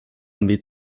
armee